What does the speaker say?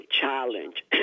challenge